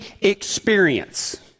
experience